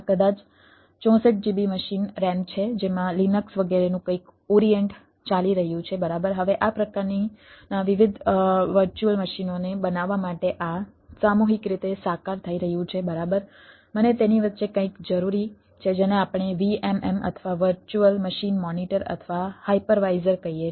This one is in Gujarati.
આ કદાચ 64GB મશીન RAM છે જેમાં લિનક્સ વગેરેનું કંઈક ઓરિએન્ટ કહીએ છીએ